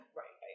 right